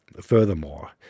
Furthermore